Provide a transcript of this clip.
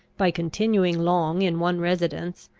by continuing long in one residence,